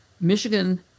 Michigan